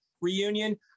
reunion